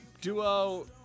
duo